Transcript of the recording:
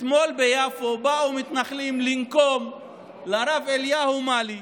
אתמול ביפו באו מתנחלים לנקום על הרב אליהו מאלי,